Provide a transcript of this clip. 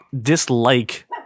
dislike